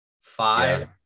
Five